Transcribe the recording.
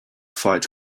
fight